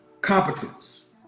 competence